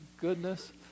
goodness